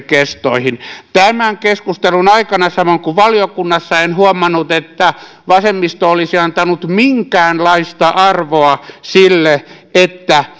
kestoihin tämän keskustelun aikana samoin kuin valiokunnassa en huomannut että vasemmisto olisi antanut minkäänlaista arvoa sille että